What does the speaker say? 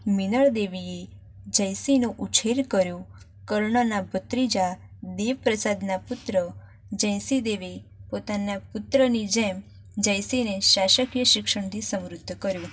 મિનળદેવીએ જયસિંહનો ઉછેર કર્યો કર્ણના ભત્રીજા દેવપ્રસાદના પુત્ર જયસિંહ દેવી પોતાના પુત્રની જેમ જયસિંહને શાસકીય શિક્ષણથી સમૃદ્ધ કર્યો